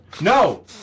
No